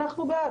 אנחנו בעד.